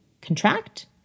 contract